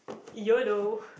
yolo